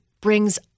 brings